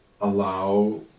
allow